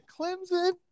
Clemson